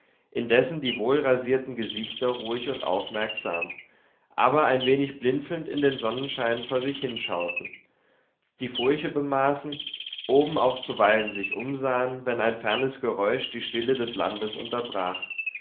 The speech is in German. indessen die wohlrasierten gesichter ruhig und aufmerksam aber ein wenig blinzelnd in den sonnenschein vor sich hinschauten die furche bemaßen oben auch zuweilen sich umsahen wenn ein fernes geräusch die stille des landes unterbrach